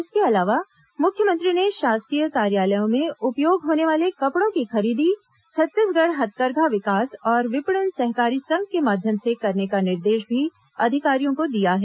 इसके अलावा मुख्यमंत्री ने शासकीय कार्यालयों में उपयोग होने वाले कपड़ों की खरीदी छत्तीसगढ़ हथकरघा विकास और विपणन सहकारी संघ के माध्यम से करने का निर्देश भी अधिकारियों को दिया है